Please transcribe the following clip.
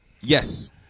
Yes